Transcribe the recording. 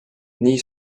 nii